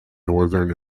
northern